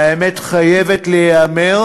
והאמת חייבת להיאמר